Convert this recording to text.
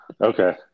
okay